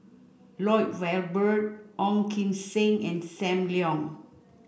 Lloyd Valberg Ong Kim Seng and Sam Leong